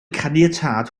caniatâd